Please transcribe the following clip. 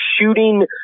shooting